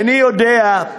איני יודע.